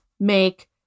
make